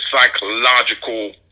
psychological